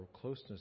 closeness